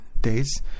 days